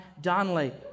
Donnelly